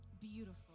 beautiful